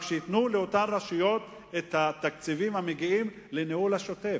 רק שייתנו לאותן רשויות את התקציבים המגיעים לניהול השוטף,